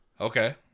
Okay